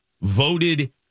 voted